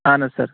اہن حظ سر